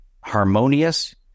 harmonious